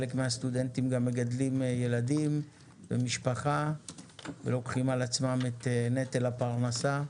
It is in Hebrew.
חלק מהסטודנטים גם מגדלים ילדים ומשפחה ולוקחים על עצמם את נטל הפרנסה,